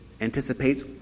anticipates